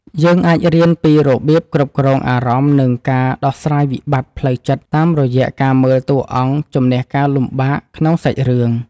យើងអាចរៀនពីរបៀបគ្រប់គ្រងអារម្មណ៍និងការដោះស្រាយវិបត្តិផ្លូវចិត្តតាមរយៈការមើលតួអង្គជម្នះការលំបាកក្នុងសាច់រឿង។